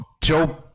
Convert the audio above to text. Joe